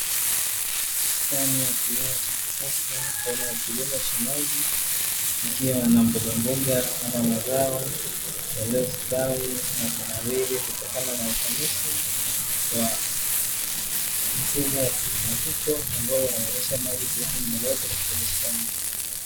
Bustani ya kilimo cha kisasa aina ya kilimo cha maji, ikiwa na mbogamboga ama mazao yaliyostawi na kunawiri, kutokana na ufanisi wa mfumo wa kilimo hicho ambao unawezesha maji kuwepo muda wote katika bustani.